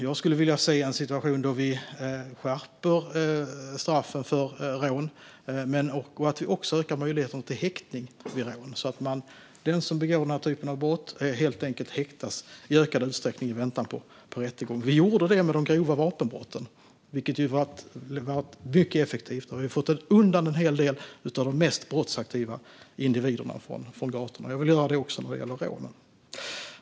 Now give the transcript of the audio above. Jag skulle vilja se en situation där vi skärper straffen för rån och även ökar möjligheterna till häktning vid rån så att de som begår denna typ av brott helt enkelt häktas i ökad utsträckning i väntan på rättegång. Vi gjorde det med de grova vapenbrotten, vilket har varit mycket effektivt. Vi har fått undan en hel del av de mest brottsaktiva individerna från gatorna. Jag vill göra det också när det gäller rånen.